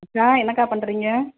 அக்கா என்னக்கா பண்ணுறீங்க